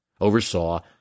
oversaw